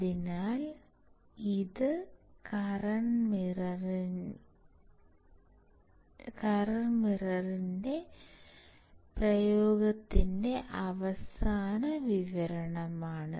അതിനാൽ ഇത് കറന്റ് മിററിന്റെ പ്രയോഗത്തിന്റെ അവസാന വിവരണമാണ്